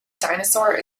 dinosaur